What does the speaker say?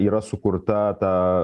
yra sukurta ta